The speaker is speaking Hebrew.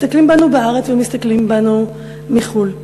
מסתכלים בנו בארץ ומסתכלים בנו מחו"ל.